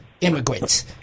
immigrants